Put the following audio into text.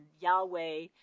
Yahweh